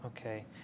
Okay